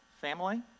family